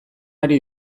ari